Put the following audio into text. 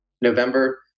November